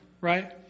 right